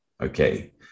okay